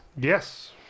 Yes